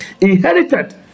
Inherited